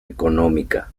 económica